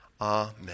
Amen